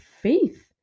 faith